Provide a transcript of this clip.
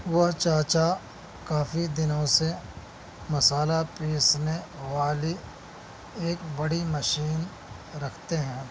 وہ چاچا کافی دنوں سے مصالحہ پیسنے والی ایک بڑی مشین رکھتے ہیں